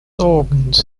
organs